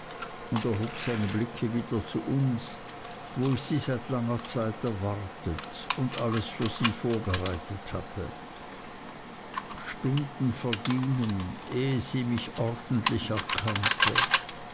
und erhob seine blicke wieder zu uns wo ich sie seit langer zeit erwartet und alles für sie vorbereitet hatte stunden vergingen ehe sie mich ordentlich erkannte